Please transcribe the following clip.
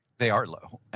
they are low.